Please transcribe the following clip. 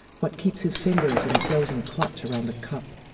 what keeps his fingers in a frozen clutch around the cup,